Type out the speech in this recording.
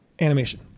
animation